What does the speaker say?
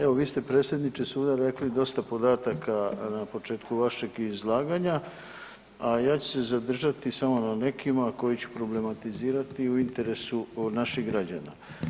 Evo vi ste predsjedniče suda rekli dosta podataka na početku vašeg izlaganja, a ja ću se zadržati samo na nekima koje su problematizirati u interesu naših građana.